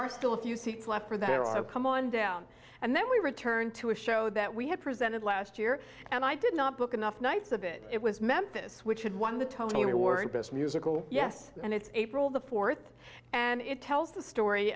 are still a few seats left for their i'll come on down and then we return to a show that we had presented last year and i did not book enough nights of it it was memphis which had won the tony award best musical yes and it's april the fourth and it tells the story